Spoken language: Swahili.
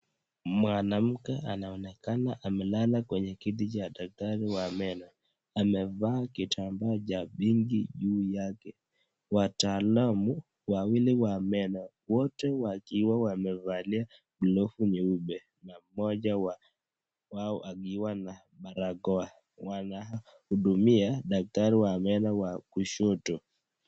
Mwanamke anaonekana amelala kwenye kiti ya Dakika wa meno . Amevaa kitambaa cha pinki juu yake. Wataalamu wawili wa meno wote wakiwa glovu nyeupe na mmoja wao akiwa na barakoa wanaudhumia Daktari wa meno wa kushoto.